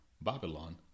Babylon